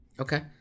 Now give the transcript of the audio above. Okay